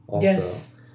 Yes